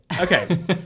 Okay